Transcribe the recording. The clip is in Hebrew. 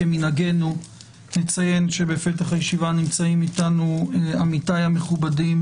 כמנהגנו נציין בפתח הישיבה שנמצאים איתנו עמיתיי המכובדים,